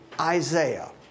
Isaiah